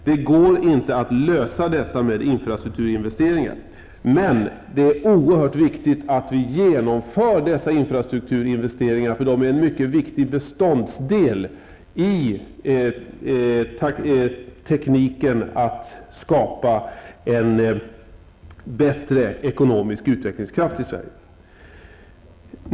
Det går inte att lösa detta med infrastrukturinvesteringar, men de är oerhört viktigt att genomföra dem, då det är en mycket viktig beståndsdel i tekniken att skapa en bättre ekonomisk utvecklingskraft i Sverige.